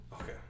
okay